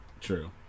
True